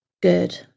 good